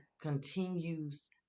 continues